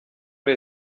ari